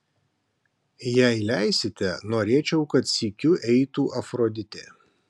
jei leisite norėčiau kad sykiu eitų afroditė